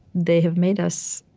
they have made us,